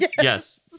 Yes